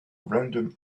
random